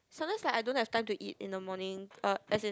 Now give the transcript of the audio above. sometimes right I don't have time to eat in the morning er as in